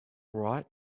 right